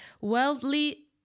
worldly